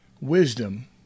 Wisdom